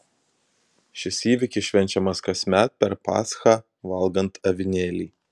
šis įvykis švenčiamas kasmet per paschą valgant avinėlį